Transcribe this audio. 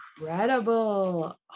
incredible